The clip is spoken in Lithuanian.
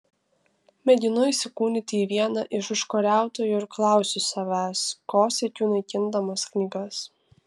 mėginu įsikūnyti į vieną iš užkariautojų ir klausiu savęs ko siekiu naikindamas knygas